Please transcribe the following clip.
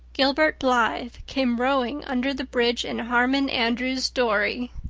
gilbert blythe came rowing under the bridge in harmon andrews's dory!